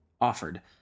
offered